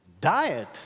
Diet